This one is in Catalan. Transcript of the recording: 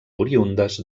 oriündes